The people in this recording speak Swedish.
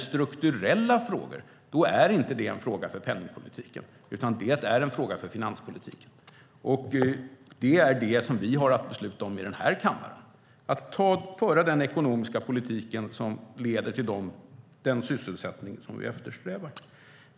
Strukturella frågor är inte frågor för penningpolitiken, utan för finanspolitiken. Det är det som vi har att besluta om i den här kammaren. Vi ska föra den ekonomiska politik som leder till den sysselsättning som vi eftersträvar.